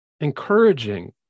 Encouraging